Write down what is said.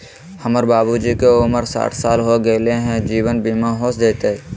हमर बाबूजी के उमर साठ साल हो गैलई ह, जीवन बीमा हो जैतई?